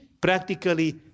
practically